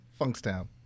Funkstown